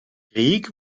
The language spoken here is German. krieg